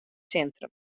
sintrum